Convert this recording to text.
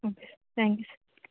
okay thank you sir